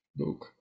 look